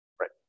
right